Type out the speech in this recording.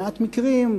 במעט מקרים,